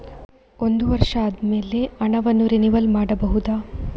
ಒಂದು ವರ್ಷ ಆದಮೇಲೆ ಹಣವನ್ನು ರಿನಿವಲ್ ಮಾಡಬಹುದ?